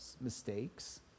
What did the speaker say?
mistakes